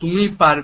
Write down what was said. তুমি পারবে